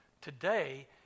Today